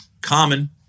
Common